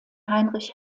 heinrich